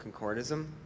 concordism